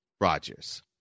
Rogers